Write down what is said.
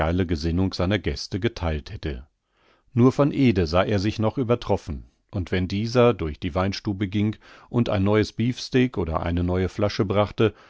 gesinnung seiner gäste getheilt hätte nur von ede sah er sich noch übertroffen und wenn dieser durch die weinstube ging und ein neues beefsteak oder eine neue flasche brachte